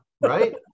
right